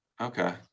Okay